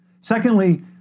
Secondly